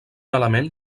element